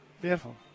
Beautiful